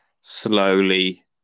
slowly